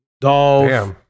Dolph